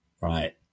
right